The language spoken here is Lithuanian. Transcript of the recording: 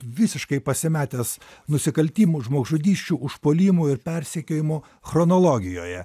visiškai pasimetęs nusikaltimų žmogžudysčių užpuolimų ir persekiojimų chronologijoje